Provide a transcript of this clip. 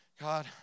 God